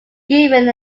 given